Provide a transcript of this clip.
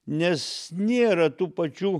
nes nėra tų pačių